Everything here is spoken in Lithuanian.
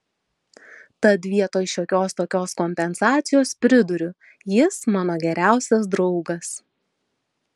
tad vietoj šiokios tokios kompensacijos priduriu jis mano geriausias draugas